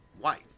white